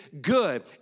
good